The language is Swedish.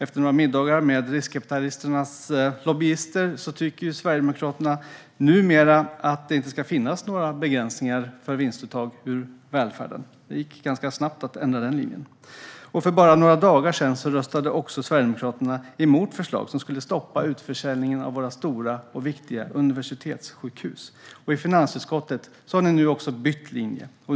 Efter några middagar med riskkapitalisternas lobbyister tycker Sverigedemokraterna numera att det inte ska finnas några begränsningar för vinstuttag ur välfärden. Det gick ganska snabbt att ändra den linjen. För bara några dagar sedan röstade också Sverigedemokraterna emot förslag som skulle stoppa utförsäljningen av våra stora och viktiga universitetssjukhus. Även i finansutskottet har ni bytt linje.